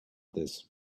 this